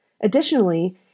Additionally